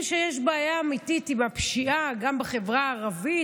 שיש בעיה אמיתית עם הפשיעה גם בחברה הערבית,